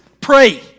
Pray